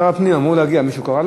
שר הפנים אמור להגיע, מישהו קרא לו?